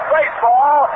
Baseball